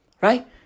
right